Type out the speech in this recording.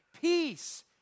peace